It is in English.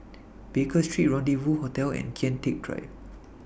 Baker Street Rendezvous Hotel and Kian Teck Drive